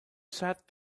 sat